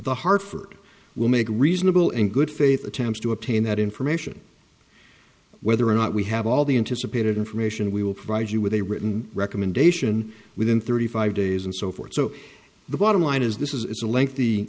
the hartford will make reasonable and good faith attempts to obtain that information whether or not we have all the in to subpoenaed information we will provide you with a written recommendation within thirty five days and so forth so the bottom line is this is